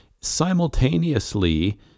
simultaneously